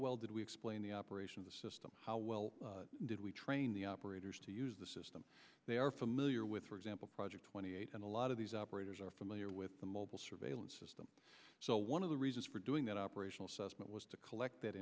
well did we explain the operation of the system how well did we train the operators to use the system they are familiar with resample project twenty eight and a lot of these operators are familiar with the mobile surveillance system so one of the reasons for doing that operational segment was to collect that